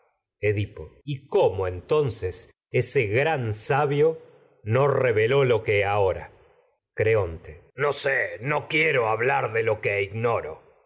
edipo y cómo entonces ese gran sabio no reveló lo que ahora sé no creonte no edipo lo quiero hablar de lo que ignoro que